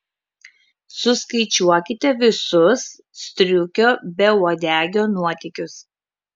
suskaičiuokite visus striukio beuodegio nuotykius